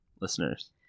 listeners